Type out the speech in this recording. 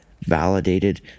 validated